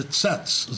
זה צץ,